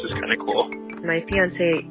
is kind of cool my fiance,